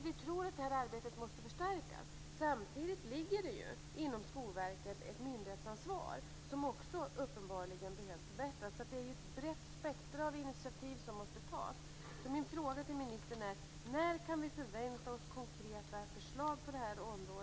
Vi tror att arbetet måste förstärkas. Samtidigt har Skolverket ett myndighetsansvar som också uppenbarligen behöver förbättras. Det är ett brett spektrum av initiativ som måste tas. När kan vi förvänta oss, ministern, konkreta förslag på området?